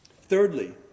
Thirdly